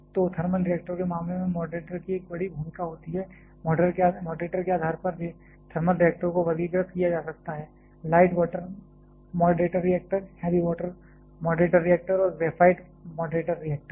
तो थर्मल रिएक्टरों के मामले में मॉडरेटर की एक बड़ी भूमिका होती है मॉडरेटर के आधार पर थर्मल रिएक्टरों को वर्गीकृत किया जा सकता है light water moderator reactor heavy water moderator reactor और ग्रेफाइट मॉडरेटर रिएक्टर